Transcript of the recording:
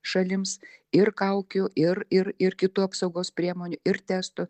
šalims ir kaukių ir ir ir kitų apsaugos priemonių ir testų